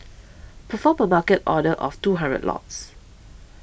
perform a Market order of two hundred lots